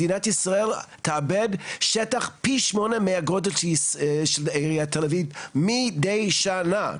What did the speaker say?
מדינת ישראל תאבד שטח פי שמונה מהגודל של העיר תל אביב מידי שנה,